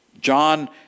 John